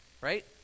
Right